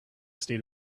state